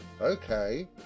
okay